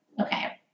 Okay